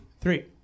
Three